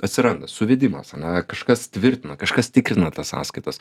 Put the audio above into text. atsiranda suvedimas ane kažkas tvirtina kažkas tikrina tas sąskaitas